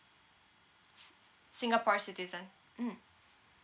s~ s~ singapore citizen mm